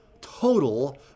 total